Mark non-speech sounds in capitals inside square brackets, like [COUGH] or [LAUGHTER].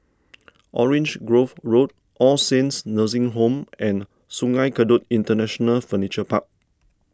[NOISE] Orange Grove Road All Saints Nursing Home and Sungei Kadut International Furniture Park